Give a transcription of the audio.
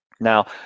Now